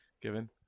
Given